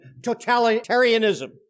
totalitarianism